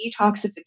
detoxification